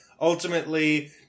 ultimately